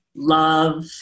love